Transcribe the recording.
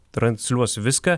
transliuos viską